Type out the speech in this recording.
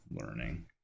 learning